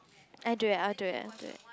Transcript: I do it I'll do it I'll do it